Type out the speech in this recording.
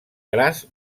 cras